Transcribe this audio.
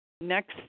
Next